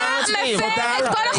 אתה מפר את כל החוקים.